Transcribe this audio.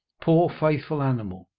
poor, faithful animal!